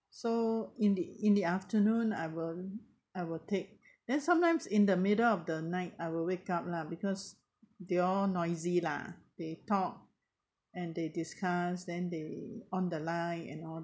so in the in the afternoon I will I will take then sometimes in the middle of the night I will wake up lah because they all noisy lah they talk and they discuss then they on the light and all